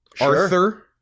Arthur